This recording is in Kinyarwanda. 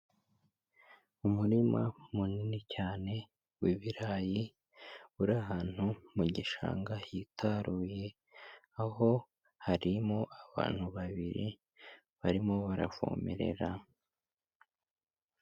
Umurima munini cyane w'ibirayi, uri ahantu mu gishanga hitaruye, aho harimo abantu babiri barimo baravomerera.